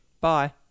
Bye